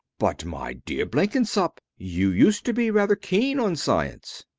but, my dear blenkinsop, you used to be rather keen on science.